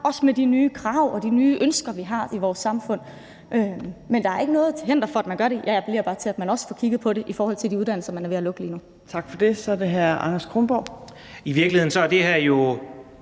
også med de nye krav og de nye ønsker, vi har i vores samfund. Men der er ikke noget til hinder for, at man gør det, men jeg appellerer bare til, at man også får kigget på det i forhold til de uddannelser, man er ved at lukke lige nu.